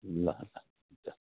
ल ल ल